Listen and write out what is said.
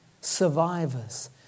survivors